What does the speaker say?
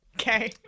Okay